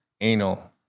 anal